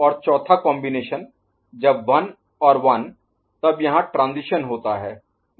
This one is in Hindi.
और चौथा कॉम्बिनेशन जब 1 और 1 तब यहां ट्रांजीशन होता है 1